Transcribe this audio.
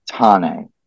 Tane